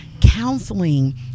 counseling